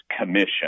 commission